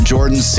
Jordan